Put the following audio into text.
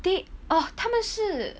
they ugh 他们是